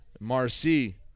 Marcy